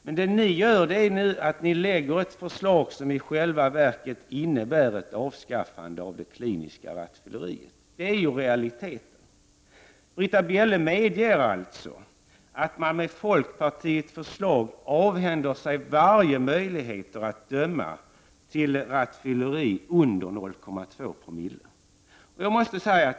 Men vad ni gör är att ni lägger fram ett förslag som i själva verket innebär ett avskaffande av det kliniska rattfylleriet — det är en realitet. Britta Bjelle medger alltså att man med folkpartiets förslag skulle avhända sig varje möjlighet att döma till rattfylleri under 0,2 Zo.